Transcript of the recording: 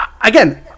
Again